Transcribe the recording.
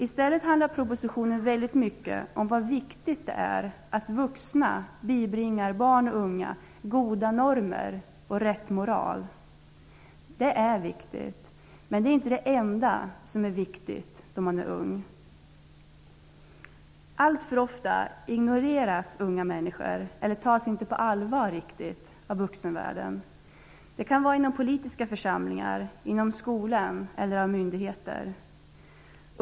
I stället handlar propositionen väldigt mycket om hur viktigt det är att vuxna bibringar barn och unga goda normer och rätt moral. Det är viktigt, men det är inte det enda som är viktigt när man är ung. Allför ofta ignoreras unga människor. De tas inte riktigt på allvar av vuxenvärlden. Det kan vara inom politiska församlingar, inom skolan eller av myndigheter.